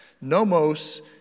Nomos